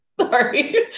sorry